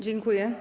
Dziękuję.